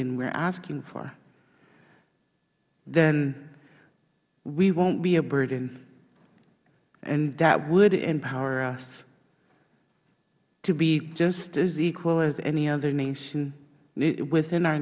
are asking for then we won't be a burden and that would empower us to be just as equal as any other nation within our